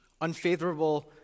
unfavorable